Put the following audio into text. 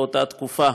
באותה תקופה,